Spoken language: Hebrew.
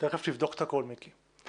תיכף נבדוק את הכול, מיקי.